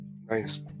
nice